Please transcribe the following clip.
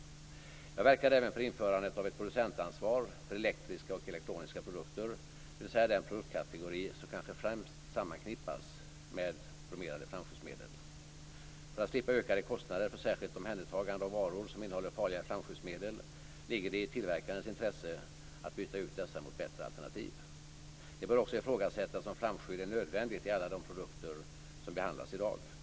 Jag verkar även för införandet av ett producentansvar för elektriska och elektroniska produkter, dvs. den produktkategori som kanske främst sammanknippas med bromerade flamskyddsmedel. För att slippa ökade kostnader för särskilt omhändertagande av varor som innehåller farliga flamskyddsmedel, ligger det i tillverkarens intresse att byta ut dessa mot bättre alternativ. Det bör ifrågasättas om flamskydd är nödvändigt i alla de produkter som behandlas i dag.